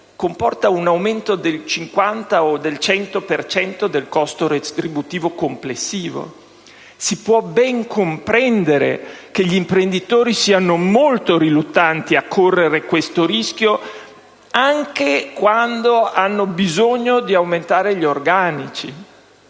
comporta un aumento del 50 o del 100 per cento del costo retributivo complessivo. Si può ben comprendere che gli imprenditori siano molto riluttanti a correre questo rischio, anche quando hanno bisogno di aumentare gli organici.